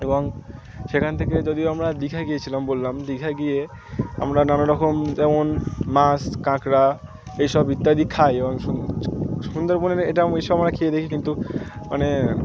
এবং সেখান থেকে যদিও আমরা দীঘা গিয়েছিলাম বললাম দীঘা গিয়ে আমরা নানা রকম যেমন মাছ কাঁকড়া এই সব ইত্যাদি খাই এবং সুন্দরবনের এটা এই সব আমরা খেয়ে দেখি কিন্তু মানে